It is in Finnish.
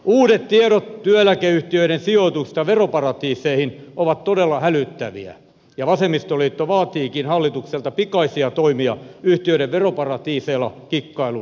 uudet tiedot työeläkeyhtiöiden sijoituksista veroparatiiseihin ovat todella hälyttäviä ja vasemmistoliitto vaatiikin hallitukselta pikaisia toimia yhtiöiden veroparatiiseilla kikkailun lopettamiseksi